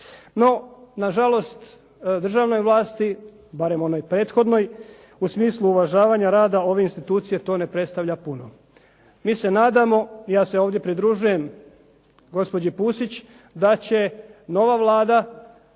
No nažalost, državnoj vlasti, barem onoj prethodnoj, u smislu uvažavanja rada ove institucije to ne predstavlja puno. Mi se nadamo i ja se ovdje pridružujem gospođi Pusić da će nova Vlada